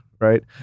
Right